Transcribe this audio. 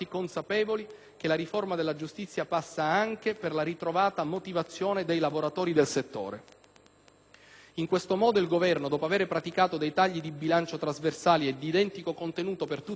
che la riforma della giustizia passa anche per la ritrovata motivazione dei lavoratori del settore. In questo modo il Governo, dopo aver praticato dei tagli di bilancio trasversali e di identico contenuto per tutti i Dicasteri,